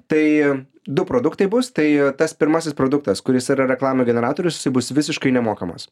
tai du produktai bus tai tas pirmasis produktas kuris yra reklamų generatorius jisai bus visiškai nemokamas